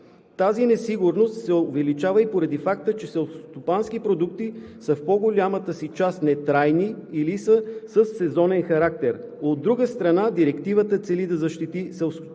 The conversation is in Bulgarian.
Тази несигурност се увеличава и поради факта, че селскостопанските продукти са в по-голямата си част нетрайни или са със сезонен характер. От друга страна, Директивата цели да защити селскостопанските